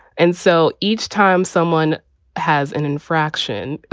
and so each time someone has an infraction,